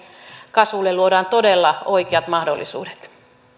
kasvulle luodaan todella oikeat mahdollisuudet